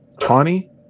Tawny